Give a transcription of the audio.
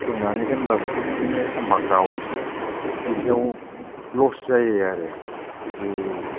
फुदुंनानै दोनबाबोथ' बिदिनो एखमबा गावनोसै बिदियाव लस जायो आरो बिदि